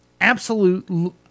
absolute